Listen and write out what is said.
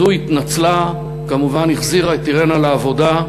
וזו התנצלה וכמובן החזירה את אירנה לעבודה.